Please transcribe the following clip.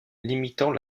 limitant